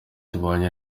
tubanye